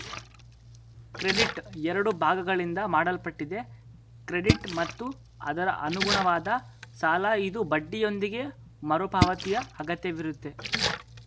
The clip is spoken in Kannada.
ಕ್ರೆಡಿಟ್ ಎರಡು ಭಾಗಗಳಿಂದ ಮಾಡಲ್ಪಟ್ಟಿದೆ ಕ್ರೆಡಿಟ್ ಮತ್ತು ಅದರಅನುಗುಣವಾದ ಸಾಲಇದು ಬಡ್ಡಿಯೊಂದಿಗೆ ಮರುಪಾವತಿಯಅಗತ್ಯವಿರುತ್ತೆ